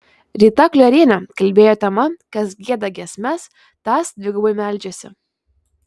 rita kliorienė kalbėjo tema kas gieda giesmes tas dvigubai meldžiasi